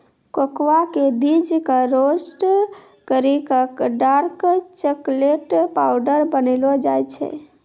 cocoa के बीज कॅ रोस्ट करी क डार्क चाकलेट पाउडर बनैलो जाय छै